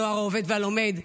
הנוער העובד והלומד,